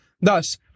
Thus